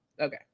okay